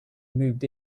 moved